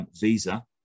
visa